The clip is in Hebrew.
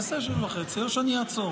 תעשה שש וחצי דקות או שאני אעצור.